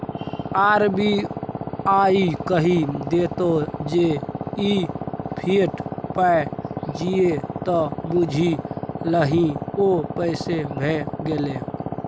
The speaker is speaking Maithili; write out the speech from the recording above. आर.बी.आई कहि देतौ जे ई फिएट पाय छियै त बुझि लही ओ पैसे भए गेलै